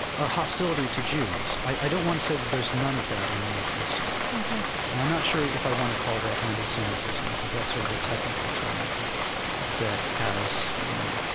a hostility to jews. i don't want to say that there's none of that in the new testament. and i'm not sure if i want to call that anti-semitism because that's sort of a technical term that has, you know,